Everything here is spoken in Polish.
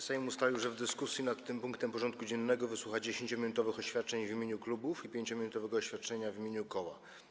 Sejm ustalił, że w dyskusji nad tym punktem porządku dziennego wysłucha 10-minutowych oświadczeń w imieniu klubów i 5-minutowego oświadczenia w imieniu koła.